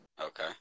Okay